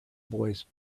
boys